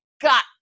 got